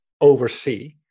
oversee